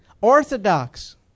Orthodox